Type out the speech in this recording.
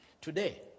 Today